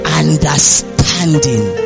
understanding